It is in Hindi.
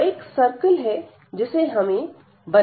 यह एक सर्किल है जिसे हमें बनाना है